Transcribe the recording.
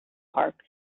park